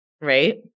right